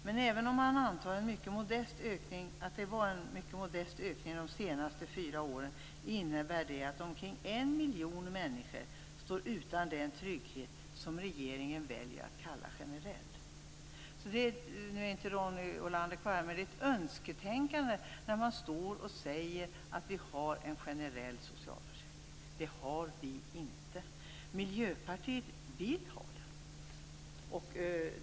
Men även om man antar att det var en mycket modest ökning de senaste fyra åren innebär det att omkring 1 miljon människor står utan den trygghet som regeringen väljer att kalla generell. Nu är inte Ronny Olander kvar, men jag vill hävda att det är ett önsketänkande när man säger att vi har en generell socialförsäkring. Det har vi inte. Miljöpartiet vill ha det.